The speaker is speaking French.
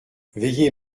veillez